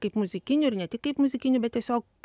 kaip muzikiniu ir ne tik kaip muzikiniu bet tiesiog